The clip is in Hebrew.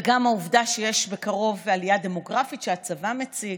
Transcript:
וגם העובדה שיש בקרוב עלייה דמוגרפית שהצבא מציג.